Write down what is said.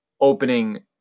opening